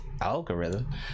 algorithm